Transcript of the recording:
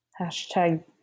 Hashtag